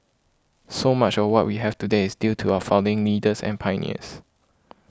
so much of what we have today is due to our founding leaders and pioneers